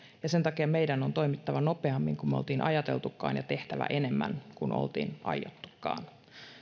ja sen takia meidän on toimittava nopeammin kuin me olimme ajatelleetkaan ja tehtävä enemmän kuin olimme aikoneetkaan